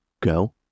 go